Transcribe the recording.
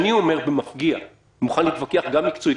אני אומר במפגיע ומוכן גם להתווכח מקצועית